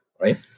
right